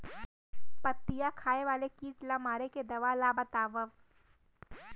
पत्तियां खाए वाले किट ला मारे के दवा ला बतावव?